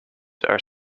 are